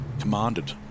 commanded